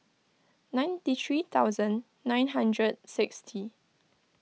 ninety three thousand nine hundred sixty